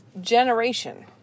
generation